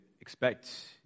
expect